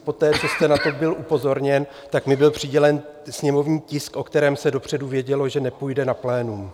Poté, co jste na to byl upozorněn, tak mi byl přidělen sněmovní tisk, o kterém se dopředu vědělo, že nepůjde na plénum.